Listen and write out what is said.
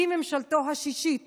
היא ממשלתו השישית